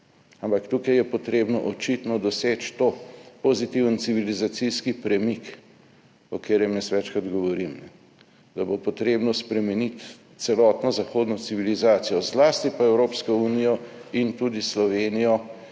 Ampak tukaj je potrebno očitno doseči to, pozitiven civilizacijski premik, o katerem jaz večkrat govorim, da bo potrebno spremeniti celotno zahodno civilizacijo, zlasti pa Evropsko unijo in tudi Slovenijo